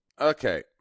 Okay